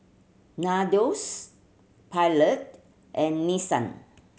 Nandos Pilot and Nissan